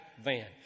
van